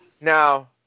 Now